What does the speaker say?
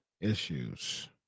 issues